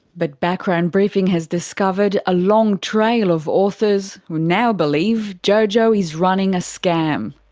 but background briefing has discovered a long trail of authors who now believe jojo is running a scam.